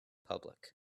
public